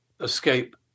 escape